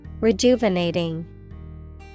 Rejuvenating